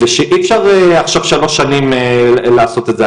ושאי אפשר עכשיו שלוש שנים לעשות את זה.